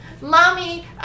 Mommy